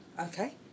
Okay